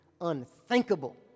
unthinkable